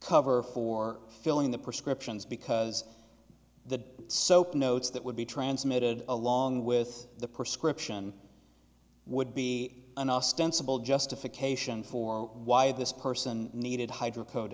cover for filling the prescriptions because the soap notes that would be transmitted along with the prescription would be an ostensible justification for why this person needed hydroco